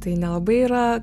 tai nelabai yra